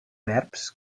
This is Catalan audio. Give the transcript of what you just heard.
verbs